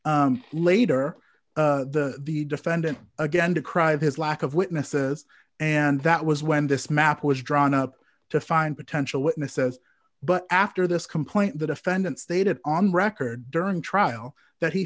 one later the the defendant again to cry of his lack of witnesses and that was when this map was drawn up to find potential witnesses but after this complaint the defendant stated on record during trial that he